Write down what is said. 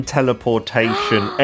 Teleportation